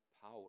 power